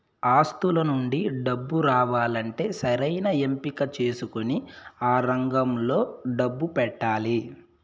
ఆస్తుల నుండి డబ్బు రావాలంటే సరైన ఎంపిక చేసుకొని ఆ రంగంలో డబ్బు పెట్టాలి